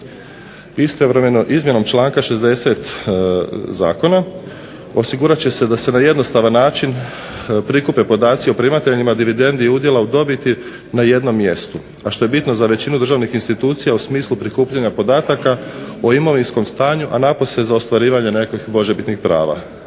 Istovremeno izmjenom članka 60. Zakona osigurat će se da se na jednostavan način prikupe podaci o primateljima dividendi i udjela u dobiti na jednom mjestu, a što je bitno za većinu državnih institucija u smislu prikupljanja podataka o imovinskom stanju, a napose za ostvarivanje nekakvih možebitnih prava.